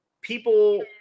people